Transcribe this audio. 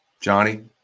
Johnny